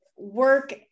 Work